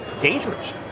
dangerous